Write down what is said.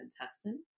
intestine